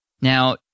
Now